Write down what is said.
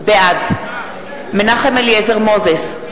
בעד מנחם אליעזר מוזס,